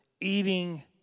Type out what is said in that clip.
eating